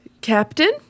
Captain